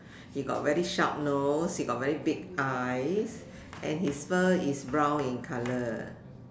he got very sharp nose he got very big eyes and his fur is brown in colour